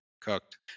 cooked